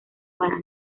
para